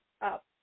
up